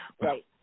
right